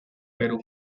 perú